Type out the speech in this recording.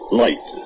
light